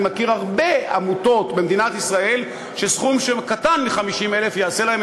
אני מכיר הרבה עמותות במדינת ישראל שסכום שהוא קטן מ-50,000 יעשה להן